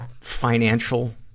financial